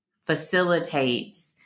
facilitates